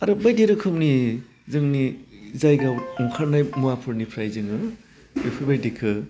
आरो बायदि रोखोमनि जोंनि जायगायाव ओंखारनाय मुवाफोरनिफ्राइ जोङो बेफोर बादिखौ